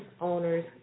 owner's